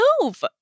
move